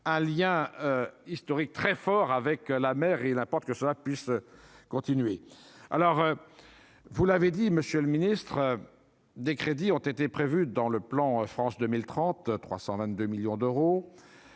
un lien historique très fort avec la mère et il importe que cela puisse continuer, alors vous l'avez dit, monsieur le Ministre des crédits ont été prévues dans le plan France 2030 322 millions d'euros,